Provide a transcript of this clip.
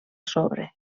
sobre